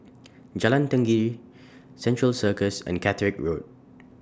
Jalan Tenggiri Central Circus and Catterick Road